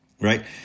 right